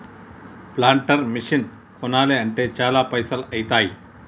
planter machine కొనాలి అంటే చాల పైసల్ ఐతాయ్